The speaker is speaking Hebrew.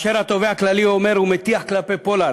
התובע הכללי אומר ומטיח כלפי פולארד: